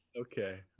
okay